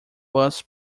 bus